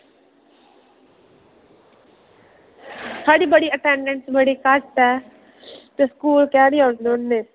थुआढ़ी बड़ी अटैंडेंस बड़ी घट्ट ऐ ते स्कूल केैंह् निं औन्ने होन्ने